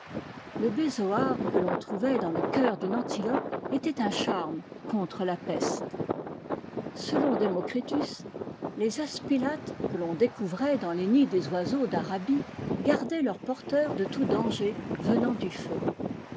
le bézoard que l'on trouvait dans le cœur d'une antilope était un charme contre la peste selon democritus les aspilates que l'on découvrait dans les nids des oiseaux d'arabie gardaient leurs porteurs de tout danger venant du feu